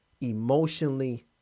emotionally